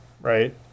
right